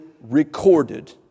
recorded